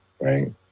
right